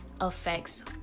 affects